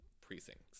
precincts